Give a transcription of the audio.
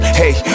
hey